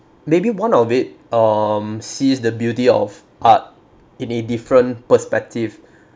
maybe one of it um sees the beauty of art in a different perspective